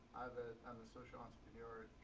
i'm a social entrepreneur.